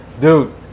Dude